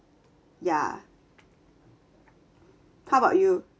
ya how about you